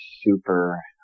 super